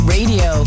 Radio